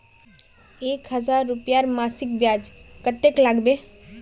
एक हजार रूपयार मासिक ब्याज कतेक लागबे?